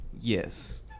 yes